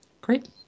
Great